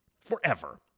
forever